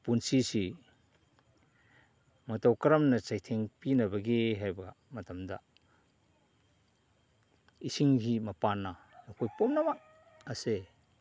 ꯄꯨꯟꯁꯤꯁꯤ ꯃꯇꯧ ꯀꯔꯝꯅ ꯆꯩꯊꯦꯡ ꯄꯤꯅꯕꯒꯦ ꯍꯥꯏꯕ ꯃꯇꯝꯗ ꯏꯁꯤꯡꯒꯤ ꯃꯄꯥꯟꯅ ꯑꯩꯈꯣꯏ ꯄꯨꯝꯅꯃꯛ ꯑꯁꯦ